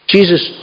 Jesus